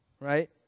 right